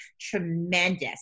tremendous